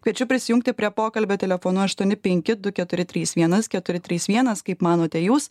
kviečiu prisijungti prie pokalbio telefonu aštuoni penki du keturi trys vienas keturi trys vienas kaip manote jūs